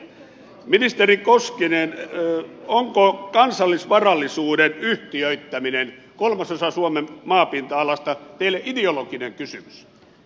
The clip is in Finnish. ministeri koskinen onko kansallisvarallisuuden yhtiöittäminen kolmasosa suomen maapinta alasta teille ideologinen kysymys